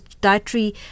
dietary